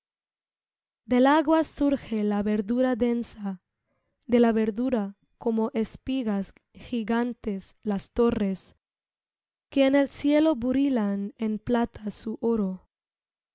del agua surge la verdura densa de la verdura como espigas gigantes las torres que en el cielo burilan en plata su oro